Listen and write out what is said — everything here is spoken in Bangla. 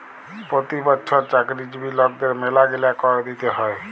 পতি বচ্ছর চাকরিজীবি লকদের ম্যালাগিলা কর দিতে হ্যয়